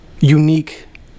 unique